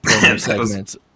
segments